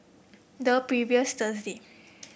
the previous Thursday